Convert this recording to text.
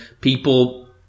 people